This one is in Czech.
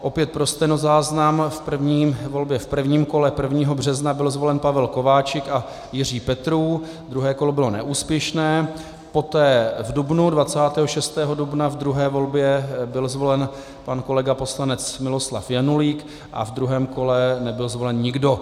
Opět pro stenozáznam, v první volbě v prvním kole 1. března byl zvolen Pavel Kováčik a Jiří Petrů, druhé kolo bylo neúspěšné, poté v dubnu, 26. dubna v druhé volbě byl zvolen pan kolega poslanec Miloslav Janulík a ve druhém kole nebyl zvolen nikdo.